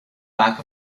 back